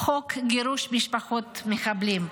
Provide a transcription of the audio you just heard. חוק גירוש משפחות מחבלים.